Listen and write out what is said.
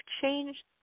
changed